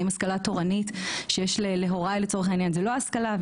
האם השכלה תורנית שיש להוריי היא לא השכלה?